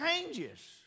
changes